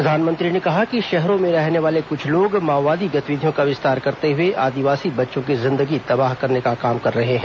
प्रधानमंत्री ने कहा कि शहरों में रहने वाले कुछ लोग माओवादी गतिविधियों का विस्तार करते हुए आदिवासी बच्चों की जिंदगी तबाह करने का काम कर रहे हैं